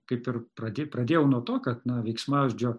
kaip ir pradi pradėjau nuo to kad na veiksmažodžių